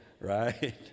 Right